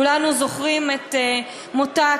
כולנו זוכרים את מותה,